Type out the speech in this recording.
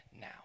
now